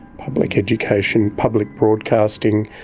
public education, public broadcasting.